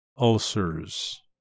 ulcers